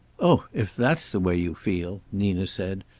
oh, if that's the way you feel! nina said,